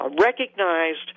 recognized